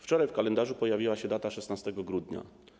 Wczoraj w kalendarzu pojawiła się data 16 grudnia.